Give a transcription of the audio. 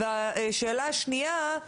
והשאלה השנייה היא